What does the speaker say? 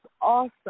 awesome